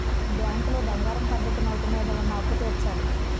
బ్యాంకులో బంగారం పద్ధతి నోటు మీద ఉన్న అప్పు తీర్చాలి